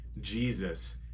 Jesus